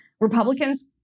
Republicans